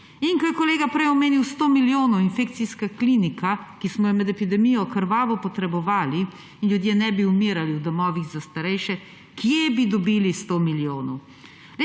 In ko je kolega prej omenil 100 milijonov, infekcijska klinika, ki smo jo med epidemijo krvavo potrebovali, in ljudje ne bi umirali v domovih za starejše, kje bi dobili 100 milijonov.